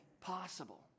possible